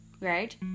right